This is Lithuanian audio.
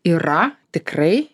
yra tikrai